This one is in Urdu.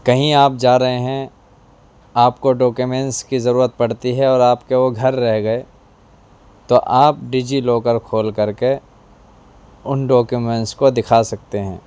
کہیں آپ جا رہے ہیں آپ کو ڈاکومینس کی ضرورت پڑتی ہے اور آپ کے وہ گھر رہ گئے تو آپ ڈی جی لاکر کھول کر کے ان ڈاکومینس کو دکھا سکتے ہیں